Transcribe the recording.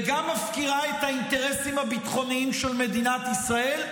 וגם מפקירה את האינטרסים הביטחוניים של מדינת ישראל,